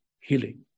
healing